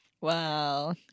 Wow